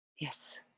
Yes